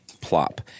plop